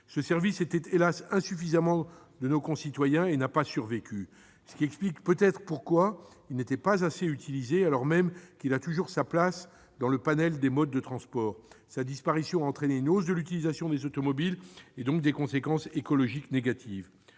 Ce dernier était, hélas ! insuffisamment connu de nos concitoyens. C'est peut-être pourquoi il n'était pas assez utilisé, alors même qu'il a toute sa place dans le panel des modes de transport. Sa disparition a entraîné une hausse de l'utilisation des automobiles et, donc, des conséquences écologiques négatives.